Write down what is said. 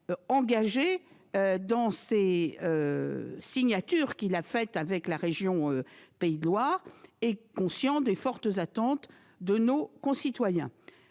engagé dans le contrat d'avenir qu'il a signé avec la région Pays de la Loire et conscient des fortes attentes de nos concitoyens.